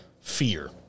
fear